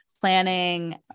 planning